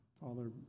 father